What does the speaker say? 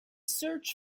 search